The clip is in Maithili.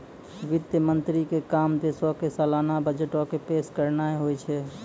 वित्त मंत्री के काम देशो के सलाना बजटो के पेश करनाय होय छै